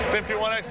51X